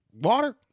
water